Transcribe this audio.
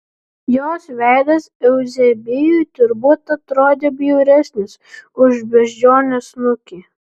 jos veidas euzebijui turbūt atrodė bjauresnis už beždžionės snukį